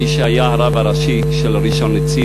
מי שהיה הרב הראשי של ראשון-לציון,